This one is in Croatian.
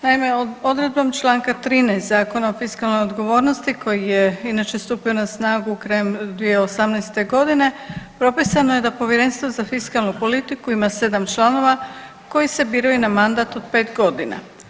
Naime, odredbom čl. 13 Zakona o fiskalnoj odgovornosti koji je, inače, stupio na snagu krajem 2018. g. propisano je da Povjerenstvo za fiskalnu politiku ima 7 članova koji se biraju na mandat od 5 godina.